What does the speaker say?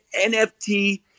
NFT